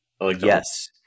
Yes